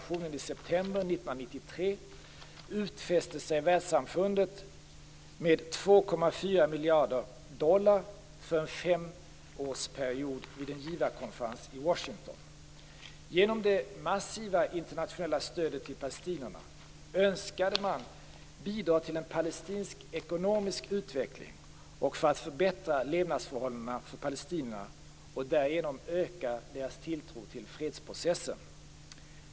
I miljarder dollar för en femårsperiod vid en givarkonferens i Washington. Genom det massiva internationella stödet till palestinierna önskade man bidra till en palestinsk ekonomisk utveckling och att förbättra levnadsförhållandena för palestinierna och därigenom öka deras tilltro till fredsprocessen.